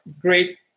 great